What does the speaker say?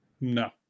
No